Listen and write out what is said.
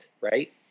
right